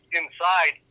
inside